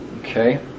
Okay